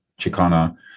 Chicana